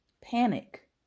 panic